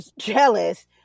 jealous